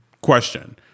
question